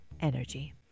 energy